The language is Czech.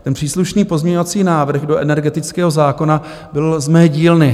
Ten příslušný pozměňovací návrh do energetického zákona byl z mé dílny.